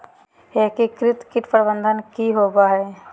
एकीकृत कीट प्रबंधन की होवय हैय?